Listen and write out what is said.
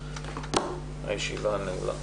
הישיבה נעולה.